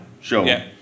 show